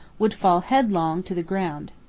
would fall headlong to the ground.